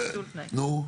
נו?